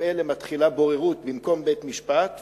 אלה מתחילה בוררות במקום בית-משפט,